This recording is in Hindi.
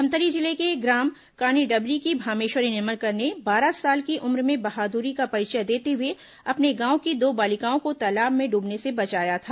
धमतरी जिले के ग्राम कानीडबरी की भामेश्वरी निर्मलकर ने बारह साल की उम्र में बहादुरी का परिचय देते हुए अपने गांव की दो बालिकाओं को तालाब मे डूबने से बचाया था